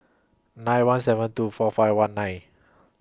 nine one seven two four five one nine